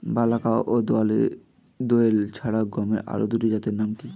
বলাকা ও দোয়েল ছাড়া গমের আরো দুটি জাতের নাম কি?